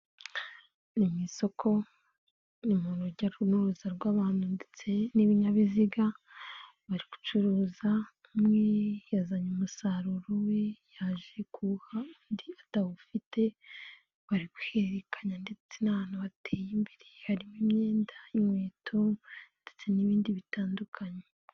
ni nk' isoko, ni mu rujya n'uruza rw'abantu ndetse n'ibinyabiziga; bari gucuruza, umwe yazanye umusaruro we, yaje kuwuha undi atawufite, bari guhererekanya ndetse n'ahantu hateye imbere, harimo imyenda n'inkweto ndetse n'ibindi bitandukanye.